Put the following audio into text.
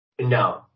no